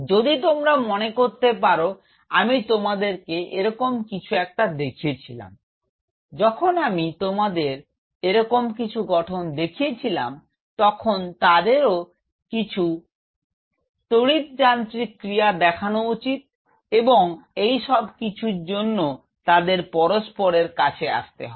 যদি তোমরা মনে করতে পার আমি তোমাদেরকে এরকম কিছু একটা দেখিয়েছিলাম যখন আমি তোমাদের এরকম কিছু গঠন দেখিয়েছিলাম তখন তাদেরও কিছ তরিত যান্ত্রিক ক্রিয়া দেখান উচিত এবং এই সব কিছুর জন্য তাদের পরস্পরের কাছে আসতে হবে